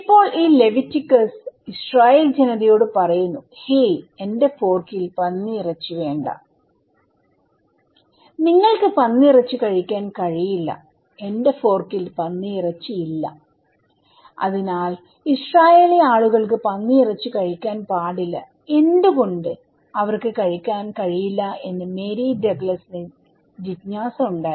ഇപ്പോൾ ഈ Leviticus Israel ജനതയോട് പറയുന്നു ഹേയ് എന്റെ ഫോർക്കിൽ പന്നിയിറച്ചി വേണ്ട നിങ്ങൾക്ക് പന്നിയിറച്ചി കഴിക്കാൻ കഴിയില്ല എന്റെ ഫോർക്കിൽ പന്നിയിറച്ചി ഇല്ല അതിനാൽ ഇസ്രായേലി ആളുകൾക്ക് പന്നിയിറച്ചി കഴിക്കാൻ പാടില്ല എന്തുകൊണ്ട് അവർക്ക് കഴിക്കാൻ കഴിയില്ല എന്ന് മേരി ഡഗ്ലസിന്ജിജ്ഞാസ ഉണ്ടായിരുന്നു